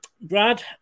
Brad